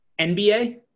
NBA